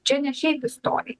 čia ne šiaip istorijai